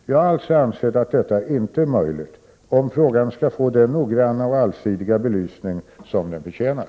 Jag har alltså ansett att detta inte är möjligt om frågan skall få den noggranna och allsidiga belysning som den förtjänar.